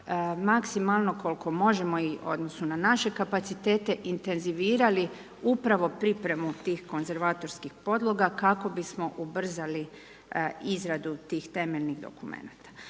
maksimalno koliko možemo u odnosu na naše kapacitete intenzivirali upravo pripremu tih konzervatorskih podloga, kako bismo ubrzali izradu tih temeljnih dokumenata.